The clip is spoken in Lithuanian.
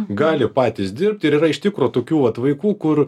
gali patys dirbti ir yra iš tikro tokių vat vaikų kur